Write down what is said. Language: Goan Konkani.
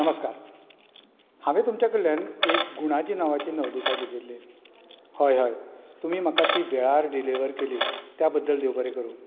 नमस्कार हांवें तुमचे कडल्यान एक गुणाजी नांवाची नवलीका घेतिल्ली हय हय तुमी म्हाका ती वेळार डिलीव्हर केली त्या बद्दल देव बरें करूं